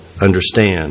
understand